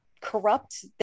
corrupt